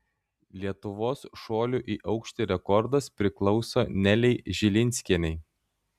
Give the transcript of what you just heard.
lietuvos šuolių į aukštį rekordas priklauso nelei žilinskienei